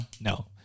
No